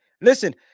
Listen